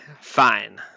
fine